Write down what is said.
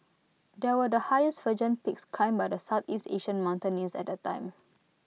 these were the highest virgin peaks climbed by Southeast Asian mountaineers at the time